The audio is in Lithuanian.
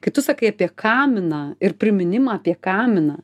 kai tu sakai apie kaminą ir priminimą apie kaminą